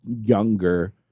younger